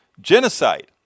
genocide